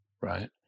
right